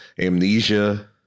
amnesia